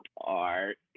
Art